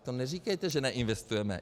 Tak neříkejte, že neinvestujeme.